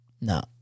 No